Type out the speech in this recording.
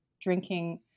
drinking